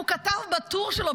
הוא כתב בטור שלו,